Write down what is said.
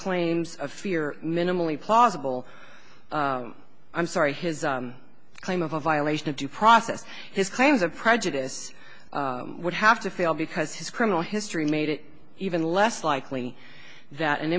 claims of fear minimally plausible i'm sorry his claim of a violation of due process his claims of prejudice would have to fail because his criminal history made it even less likely that an